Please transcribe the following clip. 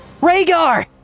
Rhaegar